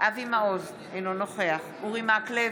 אבי מעוז, אינו נוכח אורי מקלב,